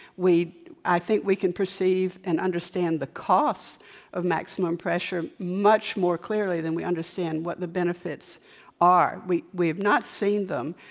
we i think we can perceive and understand the cost of maximum pressure much more clearly than we understand what the benefits are. we we have not seen them.